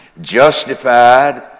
Justified